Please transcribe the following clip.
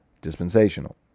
dispensational